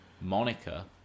Monica